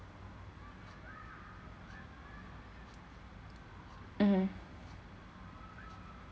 mmhmm